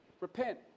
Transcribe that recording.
Repent